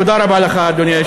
תודה רבה לך, אדוני היושב-ראש.